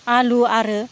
आलु आरो